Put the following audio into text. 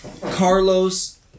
Carlos